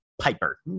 Piper